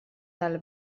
del